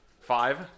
Five